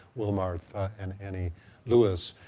wilmarth and annie lewis,